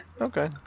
Okay